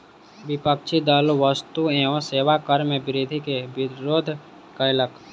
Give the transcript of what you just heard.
विपक्षी दल वस्तु एवं सेवा कर मे वृद्धि के विरोध कयलक